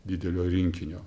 didelio rinkinio